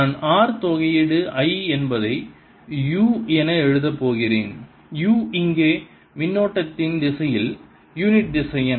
நான் r தொகையீடு I என்பதை u என எழுதப் போகிறேன் u இங்கே மின்னோட்டத்தின் திசையில் யூனிட் திசையன்